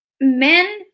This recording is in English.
Men